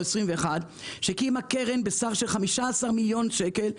2021 הוקמה קרן בסך של 15 מיליון שקלים.